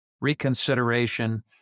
Reconsideration